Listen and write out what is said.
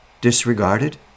disregarded